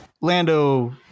Lando